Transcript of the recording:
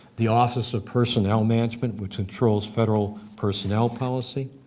the office of personnel management, which controls federal personnel policy.